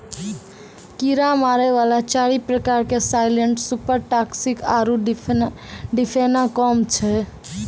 कीड़ा मारै वाला चारि प्रकार के साइलेंट सुपर टॉक्सिक आरु डिफेनाकौम छै